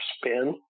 spin